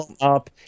up